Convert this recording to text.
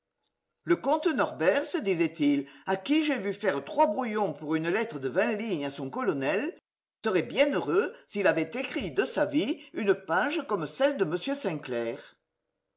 le comte norbert se disait-il à qui j'ai vu faire trois brouillons pour une lettre de vingt lignes à son colonel serait bien heureux s'il avait écrit de sa vie une page comme celles de m sainclair